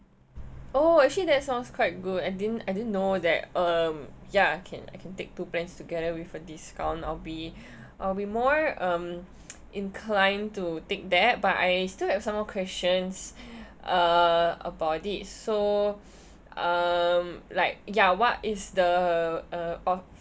!oh! actually that sounds quite good I didn't I didn't know that um ya can I can take two plans together with a discount I'll be I'll be more um inclined to take that but I may still have some more questions uh about it so um like ya what is the uh orh